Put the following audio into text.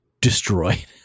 destroyed